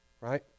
right